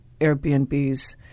Airbnbs